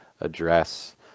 address